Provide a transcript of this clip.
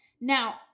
Now